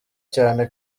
cyane